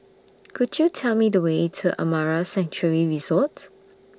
Could YOU Tell Me The Way to Amara Sanctuary Resort